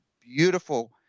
beautiful